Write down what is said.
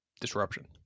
disruption